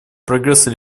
прогресса